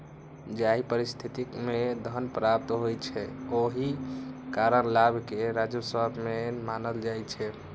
जाहि परिस्थिति मे धन प्राप्त होइ छै, ओहि कारण लाभ कें राजस्व नै मानल जाइ छै